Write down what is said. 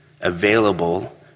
available